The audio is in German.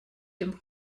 dem